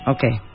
Okay